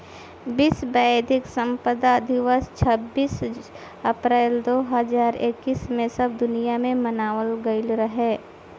विश्व बौद्धिक संपदा दिवस छब्बीस अप्रैल दो हज़ार इक्कीस में सब दुनिया में मनावल गईल रहे